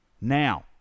Now